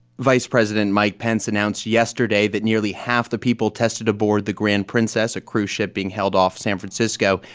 vice president mike pence announced yesterday that nearly half the people tested aboard the grand princess, a cruise ship being held off san francisco,